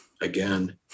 again